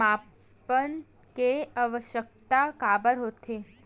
मापन के आवश्कता काबर होथे?